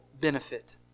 benefit